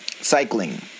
cycling